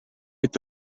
est